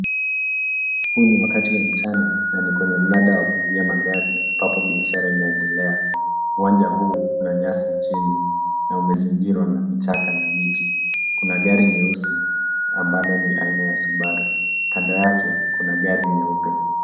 Huu ni wakati wa mchana na ni kwenye mnada wa kuuzia magari ambapo biashara inaendelea. Uwanja huu una nyasi chini na umezingirwa na vichaka na miti. Kuna gari jeusi ambalo nj la aina ya Subaru. Kando yake kuna gari nyeupe.